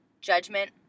judgment